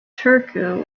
turku